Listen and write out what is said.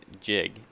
jig